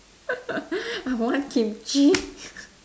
I want kimchi